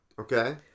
Okay